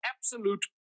absolute